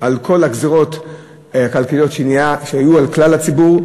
על כל הגזירות הכלכליות שהיו על כלל הציבור,